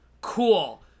cool